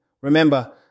Remember